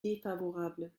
défavorable